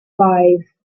five